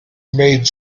made